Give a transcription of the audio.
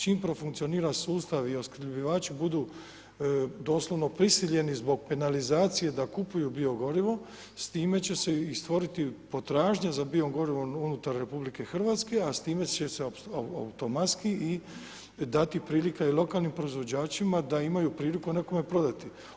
Čim profunkcionira sustav i oskrbljivači budu doslovno prisiljeni zbog penalizacije da kupuju bio gorivo, s time će se i stvoriti i potražnja za bio gorivom unutar RH, a s time će se automatski i dati prilika i lokalnim proizvođačima da imaju priliku nekome prodati.